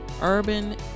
urban